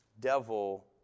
devil